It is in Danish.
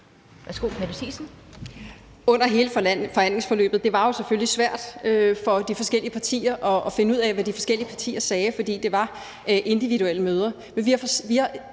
Under hele forhandlingsforløbet var det selvfølgelig svært for de forskellige partier at finde ud af, hvad de forskellige partier sagde, for det var individuelle møder.